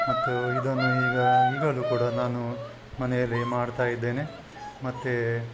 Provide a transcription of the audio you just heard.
ಮತ್ತು ಇದನ್ನು ಈಗ ಈಗಲೂ ಕೂಡ ನಾನು ಮನೆಯಲ್ಲಿ ಮಾಡ್ತಾಯಿದ್ದೇನೆ ಮತ್ತು